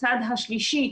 הצד השלישי,